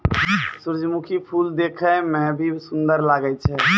सुरजमुखी फूल देखै मे भी सुन्दर लागै छै